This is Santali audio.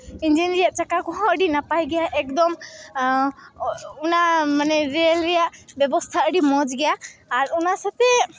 ᱤᱧᱡᱤᱱ ᱨᱮᱭᱟᱜ ᱪᱟᱠᱟ ᱠᱚᱦᱚᱸ ᱱᱟᱯᱟᱭ ᱜᱮᱭᱟ ᱮᱠᱫᱚᱢ ᱚᱱᱟ ᱢᱟᱱᱮ ᱨᱮᱹᱞ ᱨᱮᱭᱟᱜ ᱵᱮᱵᱚᱥᱛᱷᱟ ᱟᱹᱰᱤ ᱢᱚᱡᱽ ᱜᱮᱭᱟ ᱟᱨ ᱚᱱᱟ ᱥᱟᱛᱮᱜ